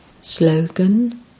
Slogan